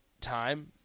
time